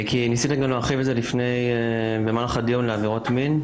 ניסיתם להרחיב את זה במהלך הדיון גם לעבירות מין.